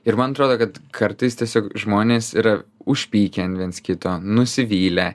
ir man atrodo kad kartais tiesiog žmonės yra užpykę ant viens kito nusivylę